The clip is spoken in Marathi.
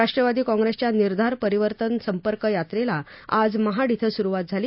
राष्ट्रवादी काँग्रेसच्या निर्धार परिवर्तन संपर्क यात्रेला आज महाड छे सुरुवात झाली